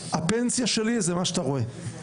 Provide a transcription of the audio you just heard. הפנסיה שלי זה מה שאתה רואה,